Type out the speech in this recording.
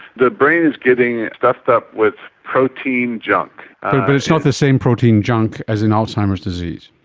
the brain is getting stuffed up with protein junk, but it's not the same protein junk as in alzheimer's disease?